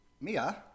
mia